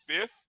fifth